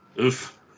oof